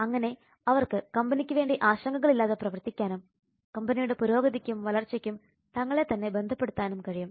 അങ്ങനെ അവർക്ക് കമ്പനിക്ക് വേണ്ടി ആശങ്കകൾ ഇല്ലാതെ പ്രവർത്തിക്കാനും കമ്പനിയുടെ പുരോഗതിക്കും വളർച്ചയ്ക്കും തങ്ങളെത്തന്നെ ബന്ധപ്പെടുത്താനും കഴിയും